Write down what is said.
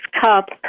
cup